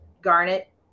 Garnet